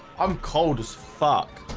i'm cold as fuck